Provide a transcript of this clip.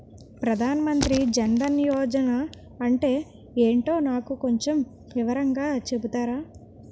ప్రధాన్ మంత్రి జన్ దన్ యోజన అంటే ఏంటో నాకు కొంచెం వివరంగా చెపుతారా?